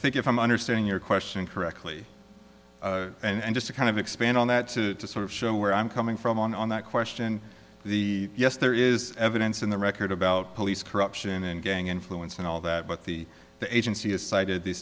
think if i'm understanding your question correctly and just to kind of expand on that to sort of show where i'm coming from on that question the yes there is evidence in the record about police corruption and gang influence and all that but the the agency has cited th